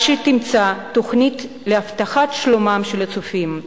שתימצא תוכנית להבטחת שלומם של הצופים.